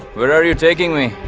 where are you taking me?